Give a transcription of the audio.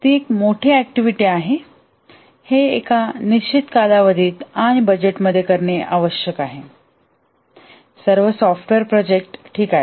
ती एक मोठी ऍक्टिव्हिटी आहे हे एका निश्चित कालावधीत आणि बजेटमध्ये करणे आवश्यक आहे सर्व सॉफ्टवेअर प्रोजेक्ट ठीक आहेत